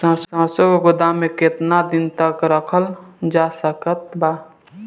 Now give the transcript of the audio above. सरसों के गोदाम में केतना दिन तक रखल जा सकत बा?